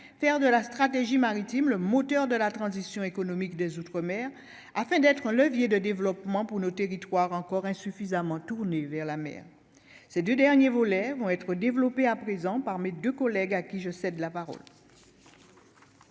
faire de la stratégie maritime, le moteur de la transition économique des outre-mer afin d'être un levier de développement pour nos territoires encore insuffisamment tournée vers la mer, c'est du dernier volet vont être développés à présent par mes deux collègues à qui je cède la parole.